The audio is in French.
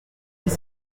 dix